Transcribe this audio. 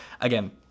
Again